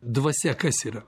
dvasia kas yra